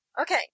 Okay